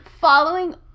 Following